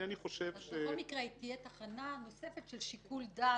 בכל מקרה, תהיה תחנה נוספת של שיקול דעת.